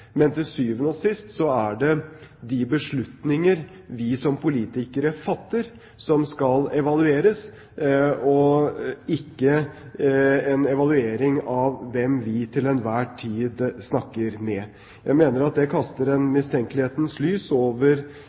men til syvende og sist er det de beslutninger vi som politikere fatter, som skal evalueres, og ikke hvem vi til enhver tid snakker med. Jeg mener det kaster et mistenkelighetens lys over